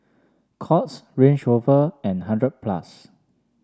Courts Range Rover and hundred plus